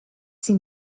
seem